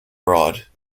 broad